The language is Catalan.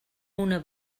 una